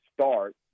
start